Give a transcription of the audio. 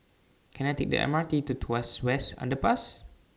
Can I Take The M R T to Tuas West Underpass